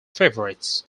favorites